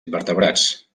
invertebrats